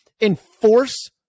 enforce